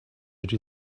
dydw